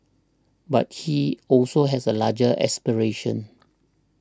but he also has a larger aspiration